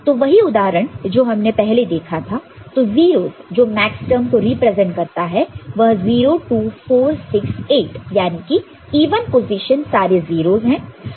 तो वही उदाहरण जो हमने पहले देखा था तो 0's जो मैक्सटर्म को रिप्रेजेंट करता है वह 0 2 4 6 8 यानी कि इवन पोजीशन सारे 0's है